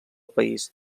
país